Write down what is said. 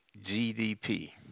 GDP